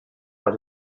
out